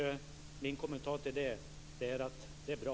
Min kommentar till det är att det är bra.